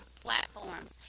platforms